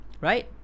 right